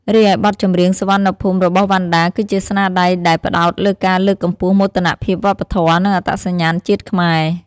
រីឯបទចម្រៀង "សុវណ្ណភូមិ"របស់វណ្ណដា គឺជាស្នាដៃដែលផ្តោតលើការលើកកម្ពស់មោទនភាពវប្បធម៌ និងអត្តសញ្ញាណជាតិខ្មែរ។